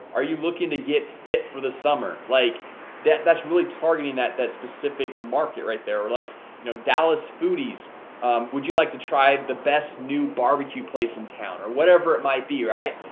are you looking to get fit for the summer like that that's really targeting that that specific market right there like you know dallas foodies would you like to try the best new barbecue place in town or whatever it might be right?